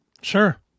Sure